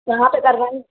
कहाँ से करवाएँ